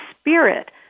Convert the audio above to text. spirit